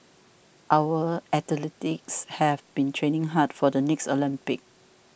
our athletes have been training hard for the next Olympics